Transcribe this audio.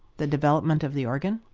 the development of the organ,